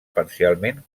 parcialment